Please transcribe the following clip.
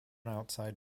outside